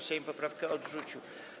Sejm poprawkę odrzucił.